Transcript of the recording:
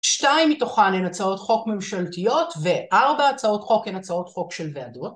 שתיים מתוכן הן הצעות חוק ממשלתיות וארבע הצעות חוק הן הצעות חוק של ועדות